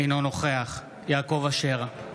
אינו נוכח יעקב אשר,